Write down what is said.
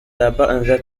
the